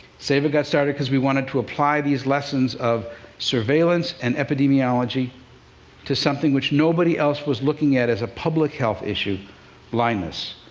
seva got started because we wanted to apply these lessons of surveillance and epidemiology to something which nobody else was looking at as a public health issue blindness,